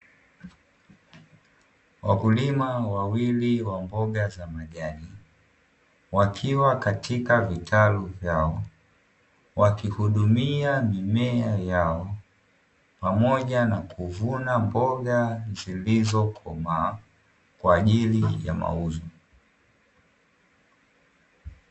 Wakulima wawili wa mboga za majani, wakiwa katika vitalu vyao. Wakihudumia mimea yao, pamoja na kuvuna mboga zilizokomaa kwa ajili ya mauzo.